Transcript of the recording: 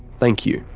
thank you,